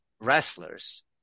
wrestlers